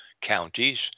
counties